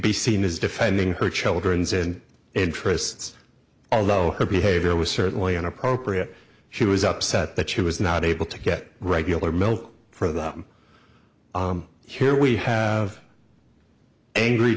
be seen as defending her children's and interests although her behavior was certainly inappropriate she was upset that she was not able to get regular milk for them here we have angry